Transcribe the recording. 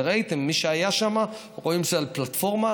וראיתם, מי שהיה שם, רואים שזה על פלטפורמה.